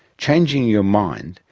changing your mind,